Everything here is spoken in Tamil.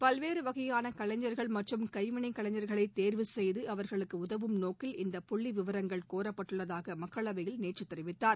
பல்வேறு வகையான கலைஞர்கள் மற்றும் கைவினைஞர்களை தேர்வு செய்து அவர்களுக்கு உதவும் நோக்கில் இந்தப் புள்ளி விவரங்கள் சேகரிக்கப்பட்டுள்ளதாக மக்களவையில் நேற்று தெரிவித்தார்